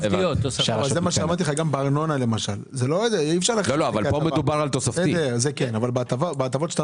אבל בארנונה למשל אי אפשר לקרוא לזה הטבה בשבילם.